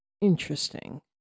interesting